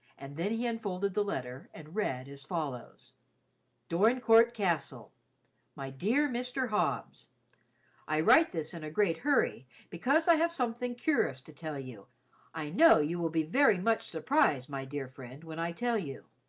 and then he unfolded the letter and read as follows dorincourt castle my dear mr. hobbs i write this in a great hury becaus i have something curous to tell you i know you will be very mutch suprised my dear frend when i tel you.